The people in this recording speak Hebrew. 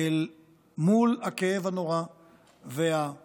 אל מול הכאב הנורא והפוגרום